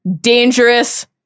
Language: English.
dangerous